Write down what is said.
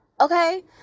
okay